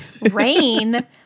Rain